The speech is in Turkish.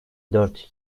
dört